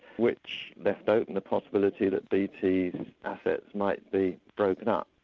which left open the possibility that bt's assets might be broken up.